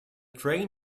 train